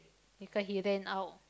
because he ran out